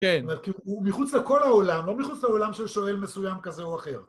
כן, זאת אומרת, הוא מחוץ לכל העולם, לא מחוץ לעולם של שואל מסוים כזה או אחר.